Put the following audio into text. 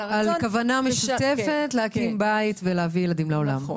כוונה משותפת להקים בית ולהביא ילדים לעולם.